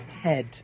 head